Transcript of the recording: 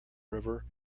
river